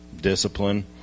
discipline